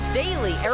daily